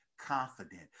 confident